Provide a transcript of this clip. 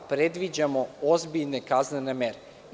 Predviđamo ozbiljne kaznene mere.